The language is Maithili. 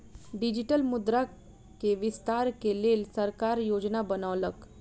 डिजिटल मुद्रा के विस्तार के लेल सरकार योजना बनौलक